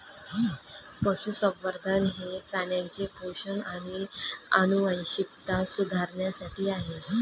पशुसंवर्धन हे प्राण्यांचे पोषण आणि आनुवंशिकता सुधारण्यासाठी आहे